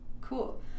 Cool